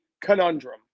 conundrum